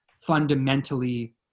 fundamentally